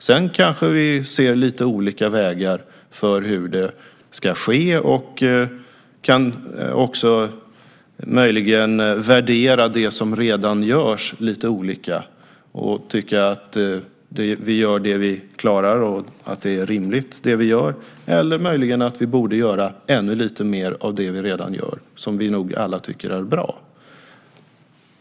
Sedan kanske vi ser lite olika vägar för hur det ska ske. Möjligen värderar vi det som redan görs lite olika och tycker att vi gör det vi klarar och det som är rimligt eller möjligen att vi borde göra ännu lite mer av det vi redan gör, som vi nog alla tycker är bra.